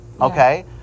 okay